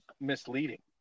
misleading